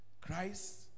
Christ